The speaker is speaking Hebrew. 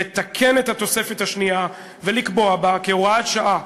לתקן את התוספת השנייה ולקבוע בה כהוראת שעה,